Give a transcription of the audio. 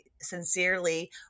sincerely